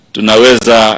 Tunaweza